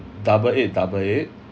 double eight double eight